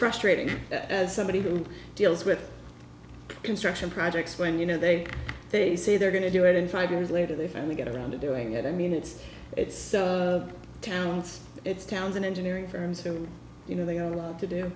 frustrating as somebody who deals with construction projects when you know they they say they're going to do it in five years later they finally get around to doing it i mean it's it's towns it's towns and engineering firms you know they've got